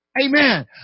Amen